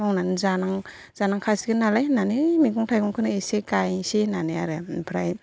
मावनानै जानां जानांखासिगोन नालाय होन्नानै मैगं थाइगंखौनो एसे गायनोसै होन्नानै आरो ओमफ्राय